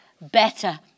better